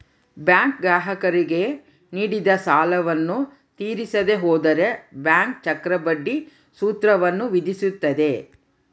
bank ಗ್ರಾಹಕರಿಗೆ ನೀಡಿದ ಸಾಲವನ್ನು ತೀರಿಸದೆ ಹೋದರೆ ಬ್ಯಾಂಕ್ ಚಕ್ರಬಡ್ಡಿ ಸೂತ್ರವನ್ನು ವಿಧಿಸುತ್ತದೆ